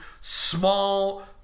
small